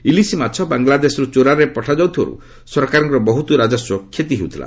ଇଲିସ ମାଛ ବାଂଲାଦେଶରୁ ଚୋରାରେ ପଠାଯାଉଥିବାର୍ତ ସରକାରଙ୍କର ବହୃତ ରାଜସ୍ୱ କ୍ଷତି ହେଉଥିଲା